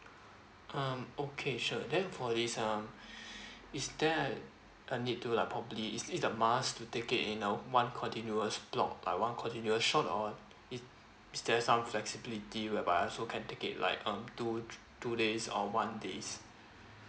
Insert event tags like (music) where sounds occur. um okay sure then for this um (breath) is there a need to like probably is this a must to take it you know one continuous block like one continuous shot or is is there some flexibility whereby also can take it like um two two days or one days